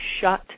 shut